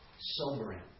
Sobering